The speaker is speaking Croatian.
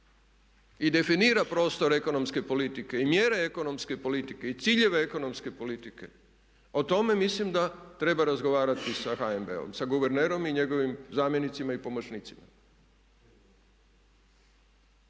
i definira prostor ekonomske politike i mjere ekonomske politike i ciljeve ekonomske politike o tome mislim da treba razgovarati sa HNB-om, sa guvernerom i njegovim zamjenicima i pomoćnicima.